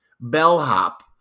bellhop